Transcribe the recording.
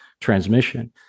transmission